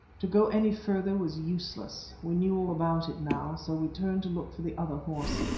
to go any further was useless we knew all about it now, so we turned to look for the other horse.